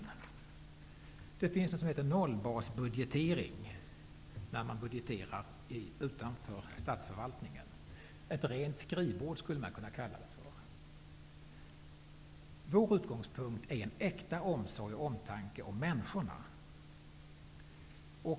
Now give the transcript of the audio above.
Det finns någonting som heter nollbasbudgetering, när man budgeterar utanför statsförvaltningen -- ett rent skrivbord, skulle man kunna kalla det för. Vår utgångspunkt är äkta omsorg och omtanke om människorna.